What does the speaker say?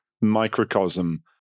microcosm